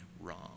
wrong